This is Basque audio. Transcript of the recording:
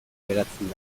geratzen